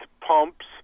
pumps